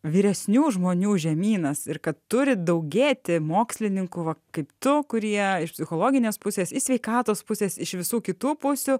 vyresnių žmonių žemynas ir kad turi daugėti mokslininkų va kaip tu kurie iš psichologinės pusės į sveikatos pusės iš visų kitų pusių